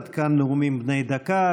עד כאן נאומים בני דקה.